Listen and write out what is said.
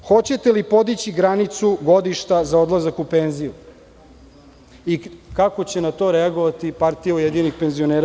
Hoćete li podići granicu godišta za odlazak u penziju i kako će na to reagovati PUPS?